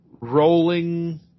Rolling